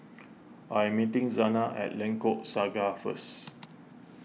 I'm meeting Zana at Lengkok Saga first